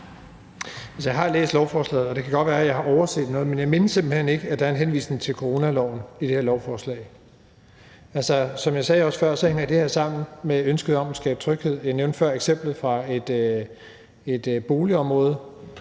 Jeg har læst lovforslaget, og det kan godt være, jeg har overset noget, men jeg mindes simpelt hen ikke, at der er en henvisning til coronaloven i det her lovforslag. Som jeg sagde før, hænger det her sammen med ønsket om at skabe tryghed, og jeg nævnte eksemplet fra et boligområde.